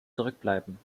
zurückbleiben